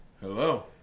Hello